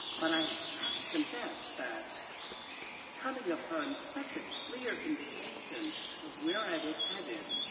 but i have to confess that coming upon such a clear indication of where i was headed,